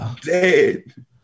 Dead